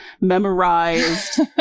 memorized